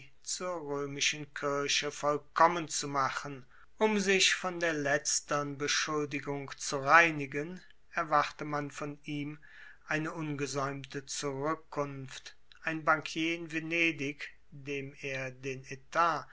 zur römischen kirche vollkommen zu machen um sich von der letztern beschuldigung zu reinigen erwarte man von ihm eine ungesäumte zurückkunft ein bankier in venedig dem er den etat